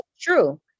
true